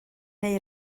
neu